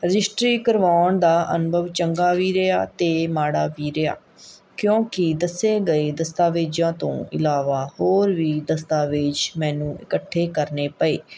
registry ਕਰਵਾਉਣ ਦਾ ਅਨੁਭਵ ਚੰਗਾ ਵੀ ਰਿਹਾ ਅਤੇ ਮਾੜਾ ਵੀ ਰਿਹਾ ਕਿਉਂਕਿ ਦੱਸੇ ਗਏ ਦਸਤਾਵੇਜ਼ਾਂ ਤੋਂ ਇਲਾਵਾ ਹੋਰ ਵੀ ਦਸਤਾਵੇਜ਼ ਮੈਨੂੰ ਇਕੱਠੇ ਕਰਨੇ ਪਏ